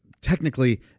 technically